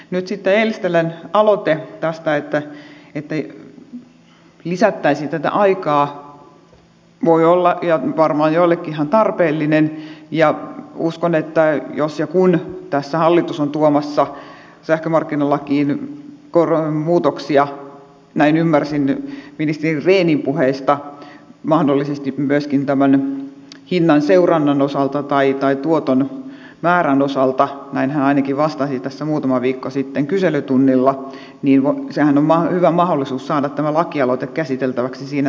nyt sitten eestilän aloite että lisättäisiin tätä aikaa voi olla ja varmaan on joillekin ihan tarpeellinen ja uskon että jos ja kun tässä hallitus on tuomassa sähkömarkkinalakiin muutoksia näin ymmärsin ministeri rehnin puheista mahdollisesti myöskin tämän hinnan seurannan tai tuoton määrän osalta näin hän ainakin vastasi tässä muutama viikko sitten kyselytunnilla niin sehän on hyvä mahdollisuus saada tämä lakialoite käsiteltäväksi siinä samassa